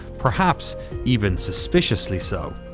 perhaps even suspiciously so.